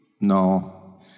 No